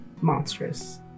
monstrous